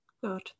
good